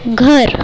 घर